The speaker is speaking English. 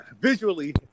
visually –